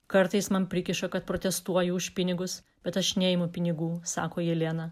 kartais man prikiša kad protestuoju už pinigus bet aš neimu pinigų sako jelena